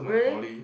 really